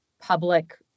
public